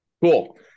cool